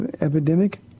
epidemic